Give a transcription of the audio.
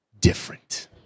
different